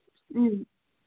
ꯎꯝ